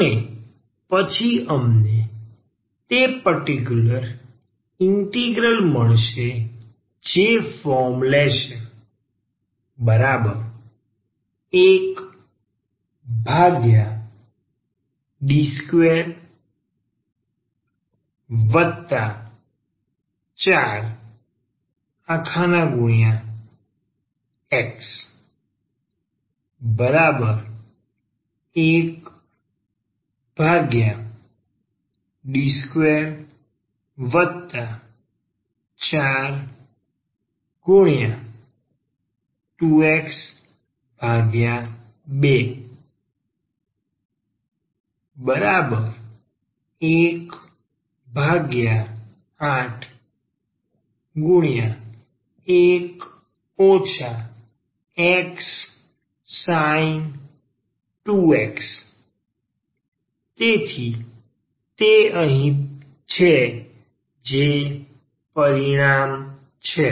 અને પછી અમને તે પર્ટીકયુલર ઇન્ટિગ્રલ મળશે જે ફોર્મ લેશે 1D24x 1D242x 2 181 xsin 2x તેથી તે અહીં છે જે પરિણામ છે